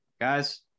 guys